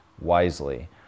wisely